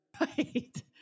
Right